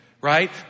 right